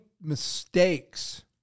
mistakes